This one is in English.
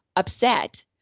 upset,